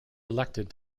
elected